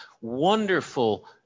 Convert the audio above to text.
wonderful